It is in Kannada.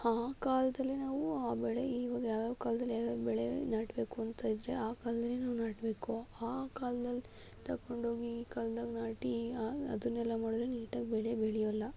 ಆ ಕಾಲದಲ್ಲಿ ನಾವು ಆ ಬೆಳೆ ಈವಾಗ ಯಾವ್ಯಾವ ಕಾಲದಲ್ಲಿ ಯಾವ್ಯಾವ ಬೆಳೆ ನಾಟಬೇಕು ಅಂತ ಇದ್ದರೆ ಆ ಕಾಲದಲ್ಲಿ ನಾವು ನಾಟಬೇಕು ಆ ಕಾಲ್ದಲ್ಲಿ ತಗೊಂಡೋಗಿ ಈ ಕಾಲ್ದಾಗ ನಾಟಿ ಅದನ್ನೆಲ್ಲ ಮಾಡಿದ್ರೆ ನೀಟಾಗಿ ಬೆಳಿ ಬೆಳಿಯೋಲ್ಲ